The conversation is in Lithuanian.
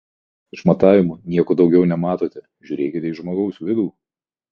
apart išmatavimų nieko daugiau nematote žiūrėkite į žmogaus vidų